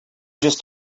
just